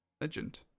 Legend